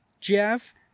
Jeff